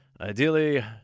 Ideally